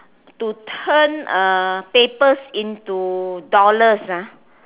to turn uh papers into dollars ah